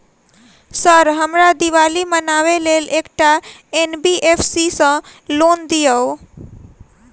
Sir हमरा दिवाली मनावे लेल एकटा एन.बी.एफ.सी सऽ लोन दिअउ?